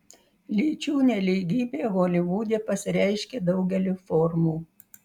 lyčių nelygybė holivude pasireiškia daugeliu formų